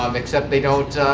um except they don't